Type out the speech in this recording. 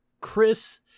Chris